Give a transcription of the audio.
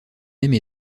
même